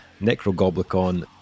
Necrogoblicon